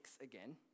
again